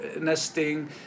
nesting